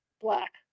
black